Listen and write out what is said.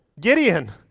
Gideon